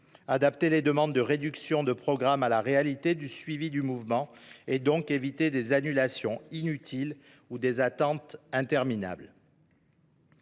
adapter les demandes de réduction de programme à la réalité du suivi du mouvement et donc éviter des annulations inutiles ou des attentes interminables.